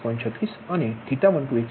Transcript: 36 અને θ12 116